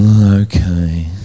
okay